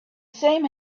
same